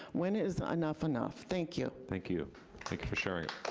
when is enough enough? thank you. thank you. thank you for sharing.